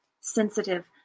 sensitive